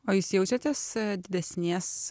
o jūs jaučiatės didesnės